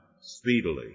speedily